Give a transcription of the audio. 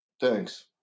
Thanks